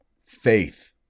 faith